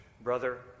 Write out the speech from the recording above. Brother